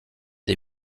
des